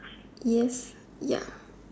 yes ya